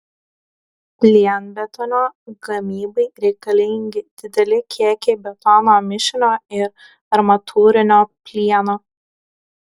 plienbetonio gamybai reikalingi dideli kiekiai betono mišinio ir armatūrinio plieno